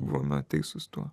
buvome teisūs tuo